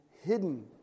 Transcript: hidden